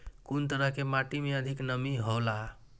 कुन तरह के माटी में अधिक नमी हौला?